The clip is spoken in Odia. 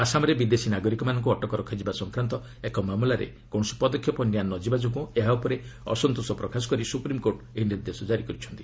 ଆସାମରେ ବିଦେଶୀ ନାଗରିକମାନଙ୍କୁ ଅଟକ ରଖାଯିବା ସଂକ୍ରାନ୍ତ ଏକ ମାମଲାରେ କୌଣସି ପଦକ୍ଷେପ ନିଆ ନ ଯିବା ଯୋଗୁଁ ଏହା ଉପରେ ଅସନ୍ତୋଷ ପ୍ରକାଶ କରି ସ୍ରପ୍ରିମକୋର୍ଟ ଏହି ନିର୍ଦ୍ଦେଶ ଜାରି କରିଛନ୍ତି